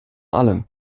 allen